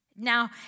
Now